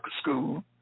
School